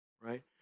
right